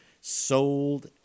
sold